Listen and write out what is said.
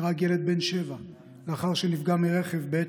נהרג ילד בן שבע לאחר שנפגע מרכב בעת